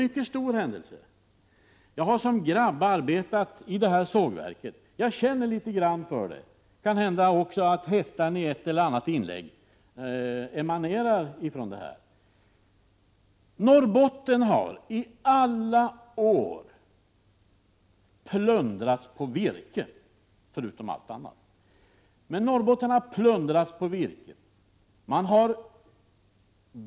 Jag har själv som grabb arbetat i det här sågverket och känner litet grand för det. Kanhända emanerar också hettan i ett eller annat inlägg från detta. Norrbotten har i alla år plundrats på virke, förutom mycket annat.